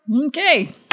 Okay